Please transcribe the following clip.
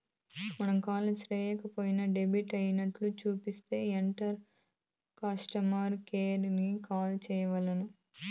మనం కర్సు సేయక పోయినా డెబిట్ అయినట్లు సూపితే ఎంటనే కస్టమర్ కేర్ కి కాల్ సెయ్యాల్ల